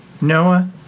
Noah